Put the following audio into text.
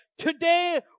Today